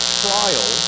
trial